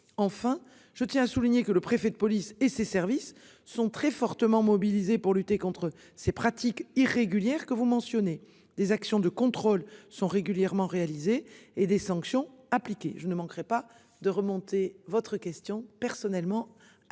Enfin, je tiens à souligner que le préfet de police et ses services sont très fortement mobilisées pour lutter contre ces pratiques irrégulières que vous mentionnez des actions de contrôle sont régulièrement réalisés et des sanctions appliquées. Je ne manquerai pas de remonter votre question personnellement à Monsieur le